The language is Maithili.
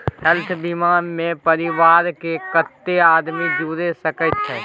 हेल्थ बीमा मे परिवार के कत्ते आदमी जुर सके छै?